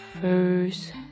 first